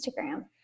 Instagram